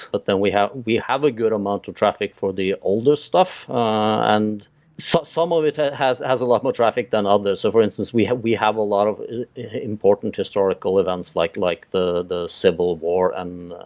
but then we have we have a good amount of traffic for the older stuff and but some of it ah it has has a lot more traffic than others so for instance, we have we have a lot of important historical events like like the the civil war and